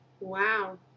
Wow